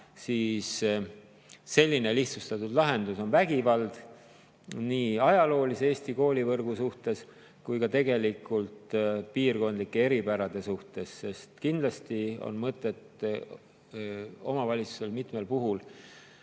siis selline lihtsustatud lahendus on vägivald nii ajaloolise Eesti koolivõrgu suhtes kui ka tegelikult piirkondlike eripärade suhtes. Kindlasti on mõtet omavalitsustel mitmel puhul